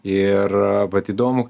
ir vat įdomu